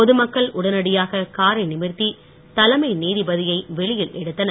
பொது மக்கள் உடனடியாக காரை நிமிர்த்தி தலைமை நீதிபதியை வெளியில் எடுத்தனர்